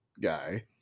guy